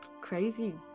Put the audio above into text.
crazy